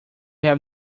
have